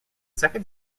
second